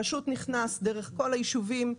נכנס דרך כל הישובים,